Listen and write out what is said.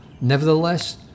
Nevertheless